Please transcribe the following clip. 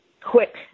quick